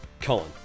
Colin